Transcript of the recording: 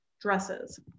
dresses